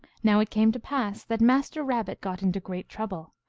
now it came to pass that master kabbit got into great trouble.